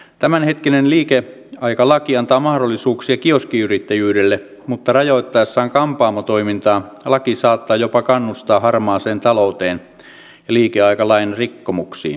tämänhetkinen liikeaikalaki antaa mahdollisuuksia kioskiyrittäjyydelle mutta rajoittaessaan kampaamotoimintaa laki saattaa jopa kannustaa harmaaseen talouteen ja liikeaikalain rikkomuksiin